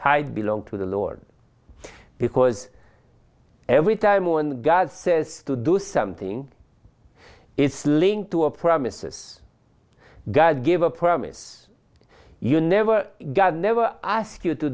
tied belong to the lord because every time one god says to do something it's linked to a promise god gave a promise you never god never asked you to